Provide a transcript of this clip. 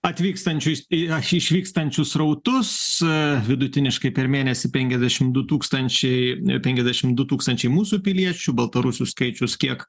atvykstančius i ach išvykstančius srautus ee vidutiniškai per mėnesį penkiasdešimt du tūkstančiai penkiasdešimt du tūkstančiai mūsų piliečių baltarusių skaičius kiek